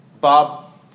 Bob